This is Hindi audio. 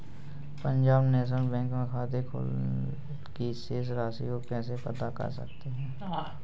पंजाब नेशनल बैंक में खाते की शेष राशि को कैसे पता कर सकते हैं?